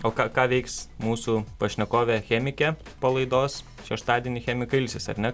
o ką ką veiks mūsų pašnekovė chemikė po laidos šeštadienį chemikai ilsis ar ne